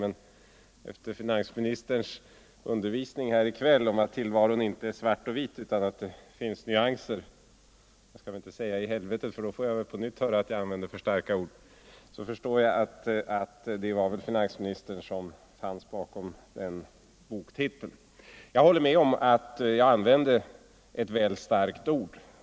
Men efter finansministerns undervisning här i kväll om att tillvaron inte är svart och vit utan att det finns nyanser —- jag skall inte säga i helvetet, för då får jag väl på nytt höra att jag använder för starka ord — så förstår jag att det var finansministern som fanns bakom den titeln. Jag håller med om att jag använde ett väl starkt ord.